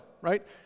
right